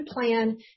plan